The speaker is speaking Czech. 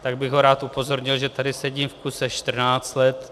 Tak bych ho rád upozornil, že tady sedím v kuse 14 let.